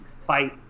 fight